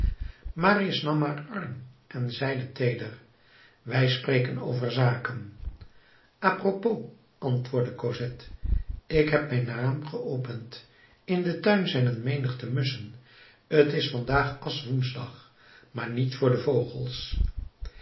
marius nam haar arm en zeide teeder wij spreken over zaken apropos antwoordde cosette ik heb mijn raam geopend in den tuin zijn een menigte musschen t is vandaag aschwoensdag maar niet voor de vogels